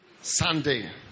Sunday